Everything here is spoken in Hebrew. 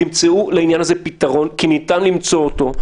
תמצאו לעניין הזה פתרון, כי ניתן למצוא אותו.